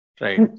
Right